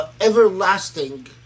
Everlasting